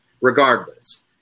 regardless